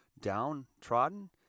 downtrodden